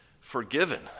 forgiven